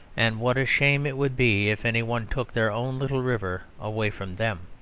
and what a shame it would be if any one took their own little river away from them.